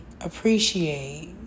appreciate